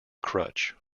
crutch